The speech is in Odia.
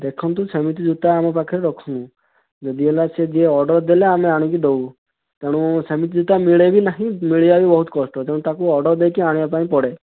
ଦେଖନ୍ତୁ ସେମିତି ଜୋତା ଆମ ପାଖରେ ରଖୁନୁ ଯଦି ହେଲା ସିଏ ଯିଏ ଅର୍ଡ଼ର୍ ଦେଲେ ଆମେ ଆଣିକି ଦେଉ ତେଣୁ ସେମିତି ଜୋତା ମିଳେ ବି ନାହିଁ ମିଳିବା ବି ବହୁତ କଷ୍ଟ ତେଣୁ ତା'କୁ ଅର୍ଡ଼ର୍ ଦେଇକି ଆଣିବା ପାଇଁ ପଡ଼େ